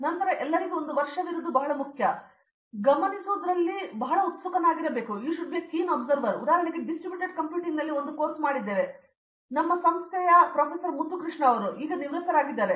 ಕಾಮಕೋಟಿ ನಂತರ ಎಲ್ಲರಿಗೂ ಒಂದು ವರ್ಷವಿರುವುದು ಬಹಳ ಮುಖ್ಯವಾದುದು ಗಮನಿಸುವುದರಲ್ಲಿ ಬಹಳ ಉತ್ಸುಕನಾಗಬೇಕು ಉದಾಹರಣೆಗೆ ನಾವು ಡಿಸ್ಟ್ರಿಬ್ಯೂಟೆಡ್ ಕಂಪ್ಯೂಟಿಂಗ್ನಲ್ಲಿ ಒಂದು ಕೋರ್ಸ್ ಮಾಡಿದ್ದೇವೆ ನಮ್ಮ ಸಂಸ್ಥೆಯ ಒಂದು ಪ್ರಾಫ್ ಮುಥುಕೃಷ್ಣ ಈಗ ಅವರು ನಿವೃತ್ತರಾದರು